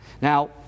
Now